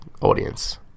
audience